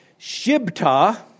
Shibta